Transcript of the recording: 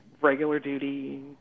regular-duty